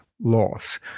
loss